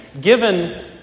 given